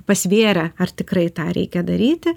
pasvėrę ar tikrai tą reikia daryti